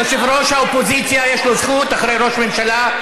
יושב-ראש האופוזיציה, יש לו זכות אחרי ראש ממשלה.